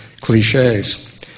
cliches